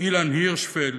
אילן הירשפלד,